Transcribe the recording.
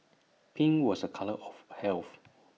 pink was A colour of health